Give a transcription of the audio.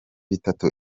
bitatu